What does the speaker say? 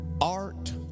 art